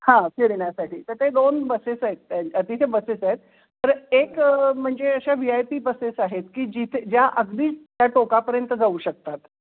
हां फिरण्यासाठी तर ते दोन बसेस आहेत त्या तिथे बसेस आहेत तर एक म्हणजे अशा व्ही आय पी बसेस आहेत की जिथे ज्या अगदी त्या टोकापर्यंत जाऊ शकतात